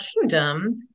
kingdom